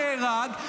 נהרג,